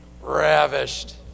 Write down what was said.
Ravished